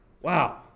wow